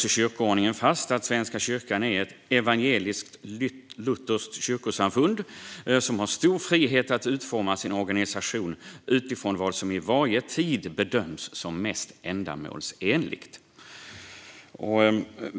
I kyrkoordningen slås fast att Svenska kyrkan är ett evangelisk-lutherskt kyrkosamfund som har stor frihet att utforma sin organisation utifrån vad som i varje tid bedöms som mest ändamålsenligt.